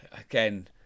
again